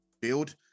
build